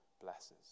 blesses